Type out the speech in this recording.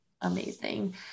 Amazing